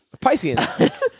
Piscean